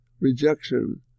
rejection